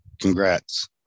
congrats